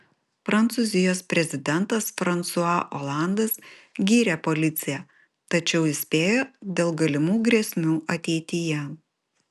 prancūzijos prezidentas fransua olandas gyrė policiją tačiau įspėjo dėl galimų grėsmių ateityje